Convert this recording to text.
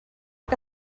que